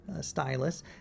stylus